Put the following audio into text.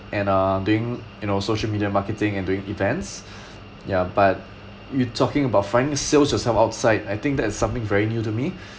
and uh doing you know social media marketing and doing events yeah but you talking about finding sales yourself outside I think that is something very new to me